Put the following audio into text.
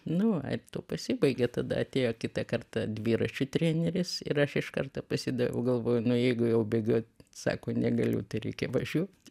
nu va ir tuo pasibaigė tada atėjo kitą kartą dviračių treneris ir aš iš karto pasidaviau galvoju nu jeigu jau bėgiot sako negaliu tai reikia važiuot